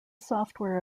software